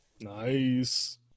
Nice